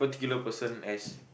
particular person as